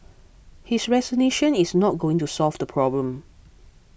his resignation is not going to solve the problem